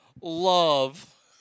love